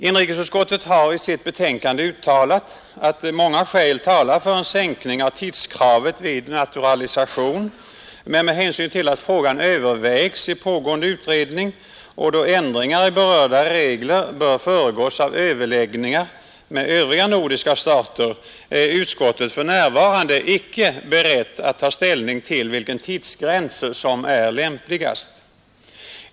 Inrikesutskottet har i sitt betänkande uttalat att många skäl talar för en sänkning av tidskravet vid naturalisation, men med hänsyn till att frågan övervägs i pågående utredning och då ändringar i berörda regler bör föregås av överläggningar med övriga nordiska stater är utskottet för närvarande icke berett att ta ställning till vilken tidsgräns som är lämpligast.